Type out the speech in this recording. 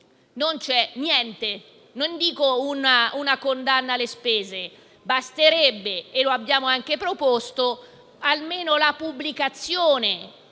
non c'è niente. Non parlo di una condanna alle spese. Basterebbe, come abbiamo anche proposto, almeno la pubblicazione